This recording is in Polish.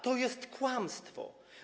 To jest kłamstwo.